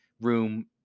room